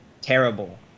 Terrible